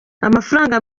amafaranga